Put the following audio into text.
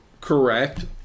Correct